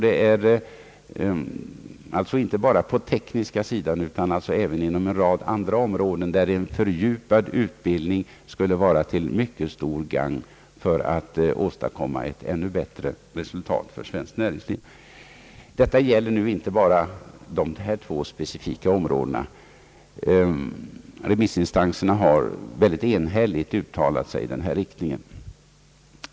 Det är alltså inte bara på den tekniska sidan utan även på en rad andra områden som en fördjupad utbildning skulle vara till stort gagn och kunna åstadkomma ännu bättre resultat för svenskt näringsliv. Remissinstanserna har ganska enhälligt uttalat sig i fråga om en mellanexamen.